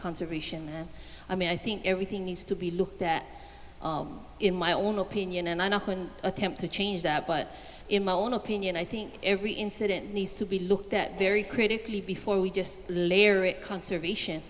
conservation i mean i think everything needs to be looked at in my own opinion and i know one attempt to change that but in my own opinion i think every incident needs to be looked at very critically before we just layer it conservation